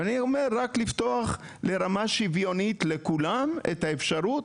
אני אומר רק לפתוח לרמה שוויונית לכולם את האפשרות